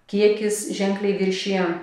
kiekis ženkliai viršijo